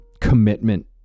commitment